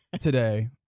today